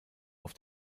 auf